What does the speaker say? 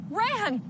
ran